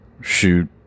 shoot